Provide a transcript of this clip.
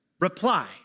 reply